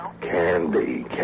Candy